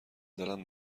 دلش